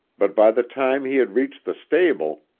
but by the time he had reached the stable,